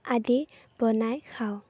আদি বনায় খাওঁ